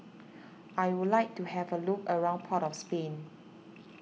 I would like to have a look around Port of Spain